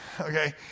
Okay